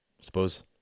Suppose